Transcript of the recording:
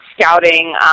scouting